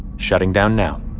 shutting down now